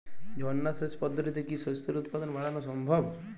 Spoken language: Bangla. ঝর্না সেচ পদ্ধতিতে কি শস্যের উৎপাদন বাড়ানো সম্ভব?